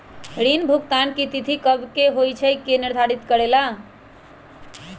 ऋण भुगतान की तिथि कव के होई इ के निर्धारित करेला?